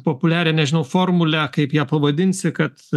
populiarią nežinau formulę kaip ją pavadinsi kad